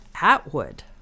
Atwood